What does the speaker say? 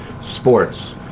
sports